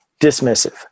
dismissive